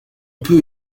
peut